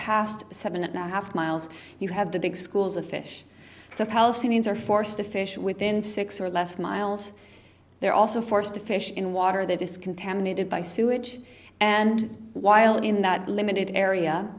past seven and a half miles you have the big schools of fish so palestinians are forced to fish within six or less miles they're also forced to fish in water that is contaminated by sewage and while in that limited area